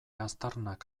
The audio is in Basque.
aztarnak